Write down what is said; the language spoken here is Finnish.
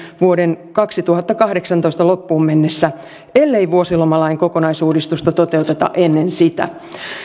vuoden kaksituhattakahdeksantoista loppuun mennessä ellei vuosilomalain kokonaisuudistusta toteuteta ennen sitä